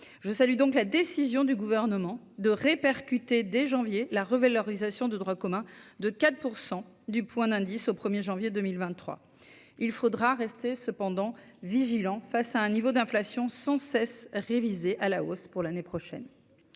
je salue donc la décision du gouvernement de répercuter dès janvier, la revalorisation de droit commun de 4 % du point d'indice au 1er janvier 2023, il faudra rester cependant vigilants face à un niveau d'inflation sans cesse révisés à la hausse pour l'année prochaine,